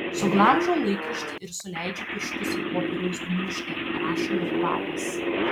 suglamžau laikraštį ir suleidžiu pirštus į popieriaus gniūžtę rašalo kvapas